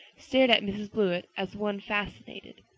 stared at mrs blewett as one fascinated.